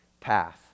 path